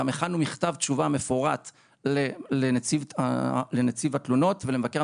גם הכנו מכתב תשובה מפורט לנציב התלונות ולמבקש המדינה,